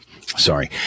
sorry